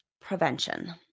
prevention